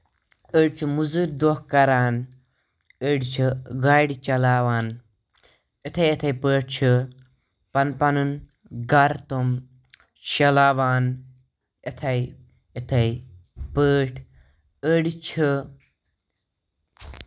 أڑۍ چھِ موزوٗری دۄہ کران أڑۍ چھِ گاڈِ چلاوان یِتھٕے یِتھٕے پٲٹھۍ چھِ پَنُن پَنُن گرٕ تِم چلاوان یِتھے یِتھے پٲٹھۍ أڑۍ چھِ